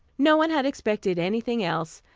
no one had expected anything else,